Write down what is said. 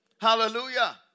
Hallelujah